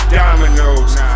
dominoes